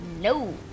No